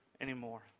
anymore